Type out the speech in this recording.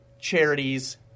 charities